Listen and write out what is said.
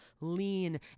lean